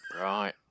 Right